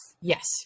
Yes